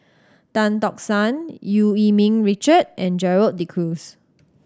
Tan Tock San Eu Yee Ming Richard and Gerald De Cruz